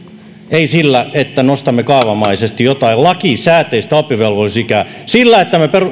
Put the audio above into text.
ei sillä että nostamme kaavamaisesti jotain lakisääteistä oppivelvollisuusikää sillä että me